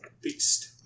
beast